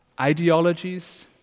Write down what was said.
ideologies